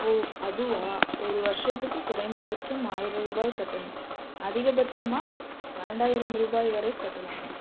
ஓ அதுவா ஒரு வருஷத்துக்கு குறைந்தபட்சம் ஆயிரம் ரூபாய் கட்டணும் அதிகபட்சமாக பன்னினெண்டாயிரம் ரூபாய் வரை கட்டலாம்